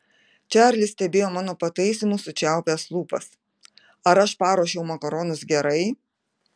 čarlis stebėjo mano pataisymus sučiaupęs lūpas ar aš paruošiau makaronus gerai